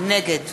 נגד